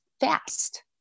fast